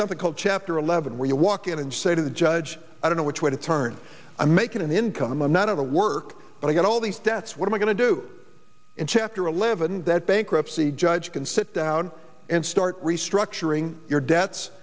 something called chapter eleven where you walk in and say to the judge i don't know which way to turn i'm making an income i'm not out of work but i get all these debts what am i going to do in chapter eleven that bankruptcy judge can sit down and start restructuring your debts